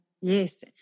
yes